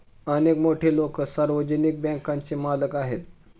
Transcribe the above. अनेक मोठे लोकं सार्वजनिक बँकांचे मालक आहेत